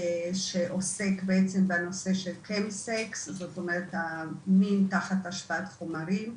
שעוסק בעצם בנושא של מין תחת השפעת חומרים,